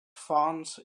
fonts